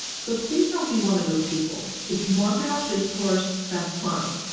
so please, don't be one of those people. if you want to have discourse, that's fine.